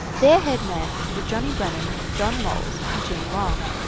their head men were johnny brennan, john moles, and jim long,